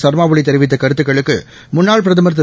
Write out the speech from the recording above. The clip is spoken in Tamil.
சர்மாஒலிதெரிவித்தகருத்துக்களுக்கு முன்னாள் பிரதமர் திரு